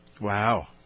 Wow